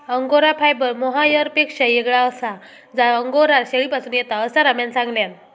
angora fibre मोहायरपेक्षा येगळा आसा जा अंगोरा शेळीपासून येता, असा रम्यान सांगल्यान